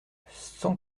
cent